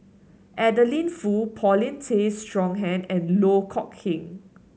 Adeline Foo Paulin Tay Straughan and Loh Kok Heng